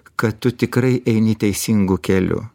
kad tu tikrai eini teisingu keliu